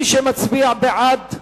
מי שמצביע בעד,